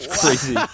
crazy